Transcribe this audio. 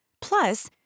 Plus